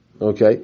Okay